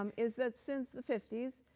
um is that since the fifty s,